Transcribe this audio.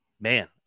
Man